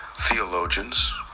theologians